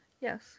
Yes